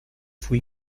fui